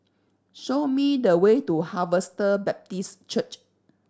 show me the way to Harvester Baptist Church